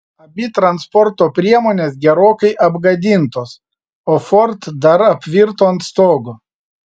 abi transporto priemonės gerokai apgadintos o ford dar apvirto ant stogo